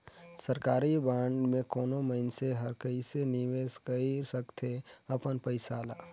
सरकारी बांड में कोनो मइनसे हर कइसे निवेश कइर सकथे अपन पइसा ल